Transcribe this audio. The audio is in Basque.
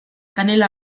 kanela